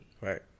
Right